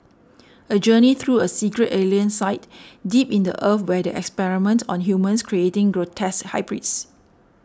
a journey through a secret alien site deep in the Earth where they experiment on humans creating grotesque hybrids